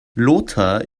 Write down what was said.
lothar